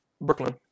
Brooklyn